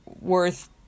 worth